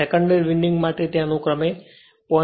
secondary winding માટે તે અનુક્રમે 0